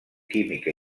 química